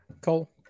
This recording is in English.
Cole